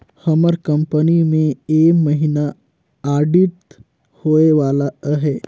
हमर कंपनी में ए महिना आडिट होए वाला अहे